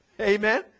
Amen